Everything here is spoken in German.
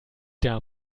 der